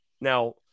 Now